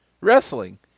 wrestling